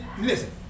Listen